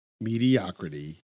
mediocrity